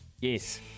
Yes